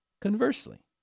Conversely